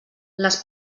les